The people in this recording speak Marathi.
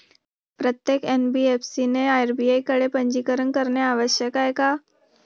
प्रत्येक एन.बी.एफ.सी ने आर.बी.आय कडे पंजीकरण करणे आवश्यक आहे का?